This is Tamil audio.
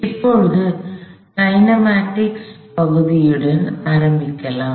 இப்போது கைனெமட்டிக்ஸ் kinematics இயக்கவியல் பகுதியுடன் ஆரம்பிக்கலாம்